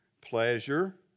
pleasure